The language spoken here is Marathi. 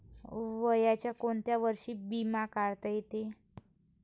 वयाच्या कोंत्या वर्षी बिमा काढता येते?